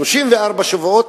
34 שבועות,